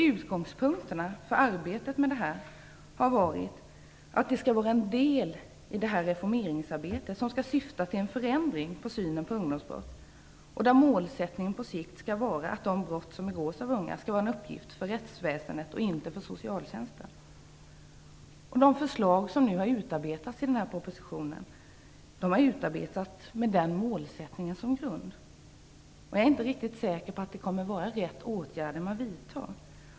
Utgångspunkterna för arbetet med detta har varit att det skall vara en del i ett reformeringsarbete som skall syfta till en förändring på synen på ungdomsbrott och där målsättningen på sikt skall vara att de brott som begås av unga skall vara en uppgift för rättsväsendet att döma och inte för socialtjänsten. De förslag som nu har utarbetats i propositionen har denna målsättning som grund. Jag är inte riktigt säker på att det kommer att vara rätt åtgärder som vidtas.